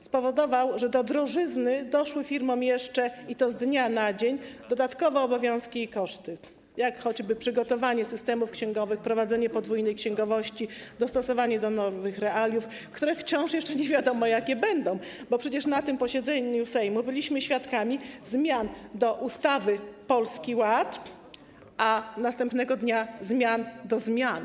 spowodował, że do drożyzny doszły firmom jeszcze - i to z dnia na dzień - dodatkowe obowiązki i koszty, jak choćby związane z przygotowaniem systemów księgowych, prowadzeniem podwójnej księgowości, dostosowaniem do nowych realiów, które wciąż jeszcze nie wiadomo, jakie będą, bo przecież na tym posiedzeniu Sejmu byliśmy świadkami zmian w ustawie dotyczącej Polskiego Ładu, a następnego dnia - zmian do zmian.